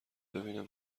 ببینم